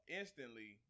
instantly